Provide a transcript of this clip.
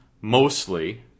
mostly